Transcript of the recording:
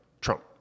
Trump